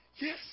yes